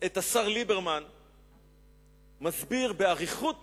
את השר ליברמן מסביר באריכות